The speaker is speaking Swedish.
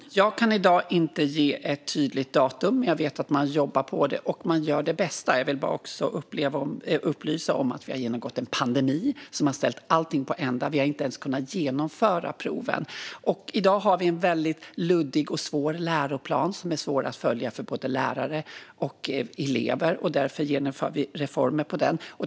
Fru talman! Jag kan i dag inte ge ett tydligt datum. Jag vet att man jobbar på det, och man gör det bästa. Jag vill också upplysa om att vi har genomgått en pandemi som har ställt allting på ända. Vi har inte ens kunnat genomföra proven. I dag har vi en väldigt luddig och svår läroplan som är svår att följa för både lärare och elever. Därför genomför vi reformer av den.